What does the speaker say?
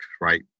right